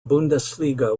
bundesliga